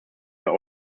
eine